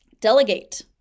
delegate